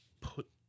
put